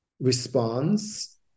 response